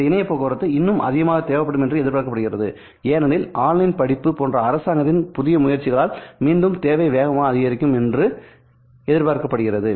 இந்த இணைய போக்குவரத்து இன்னும் அதிகமாக தேவைப்படும் என்று எதிர்பார்க்கப்படுகிறது ஏனெனில் ஆன்லைன் படிப்பு போன்ற அரசாங்கத்தின் புதிய முயற்சிகளால் மீண்டும் தேவை வேகமாக அதிகரிக்கும் என்று எதிர்பார்க்கப்படுகிறது